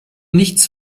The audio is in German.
nichts